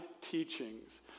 teachings